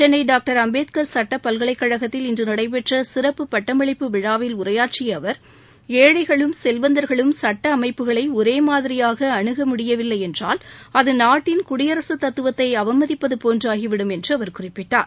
Chennai doctor Ambedkar சட்ட பல்கலைக் கழகத்தில் இன்று நடைபெற்ற சிறப்பு பட்டமளிப்பு விழாவில் உரையாற்றிய அவர் ஏழைகளும் செல்வந்தர்களும் சட்ட அமைப்புகளை ஒரேமாதிரியாக அணுக முடியவில்லை என்றால் அது நாட்டின் குடியரசு தத்துவத்தை அவமதிப்பது போன்று ஆகிவிடும் என்று அவர் குறிப்பிட்டார்